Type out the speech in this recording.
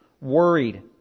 Worried